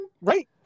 Right